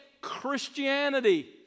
Christianity